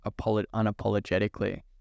unapologetically